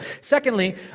Secondly